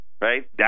Right